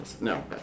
No